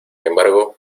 embargo